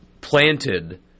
planted